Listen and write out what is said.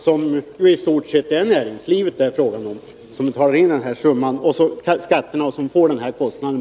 Det är ju näringslivet som tar in de här skatterna och därmed får ta på sig den här kostnaden.